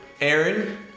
Aaron